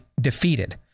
defeated